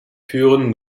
führen